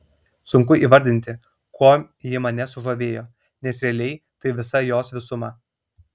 sunku įvardinti kuom ji mane sužavėjo nes realiai tai visa jos visuma